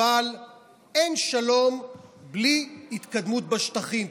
אבל אין שלום בלי התקדמות בשטחים,